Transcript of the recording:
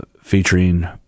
featuring